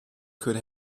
could